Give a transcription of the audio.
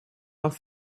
aan